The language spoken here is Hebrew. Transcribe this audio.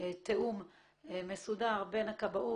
שלום לכולם.